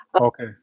Okay